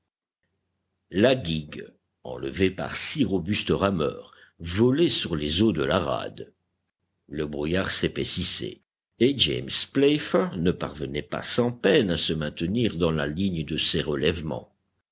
la guigue enlevée par six robustes rameurs volait sur les eaux de la rade le brouillard s'épaississait et james playfair ne parvenait pas sans peine à se maintenir dans la ligne de ses relèvements